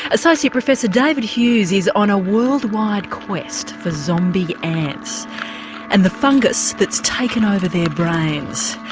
associate professor david hughes is on a worldwide quest for zombie ants and the fungus that's taken over their brains.